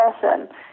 person